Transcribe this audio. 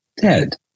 dead